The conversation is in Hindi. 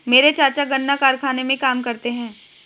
मेरे चाचा गन्ना कारखाने में काम करते हैं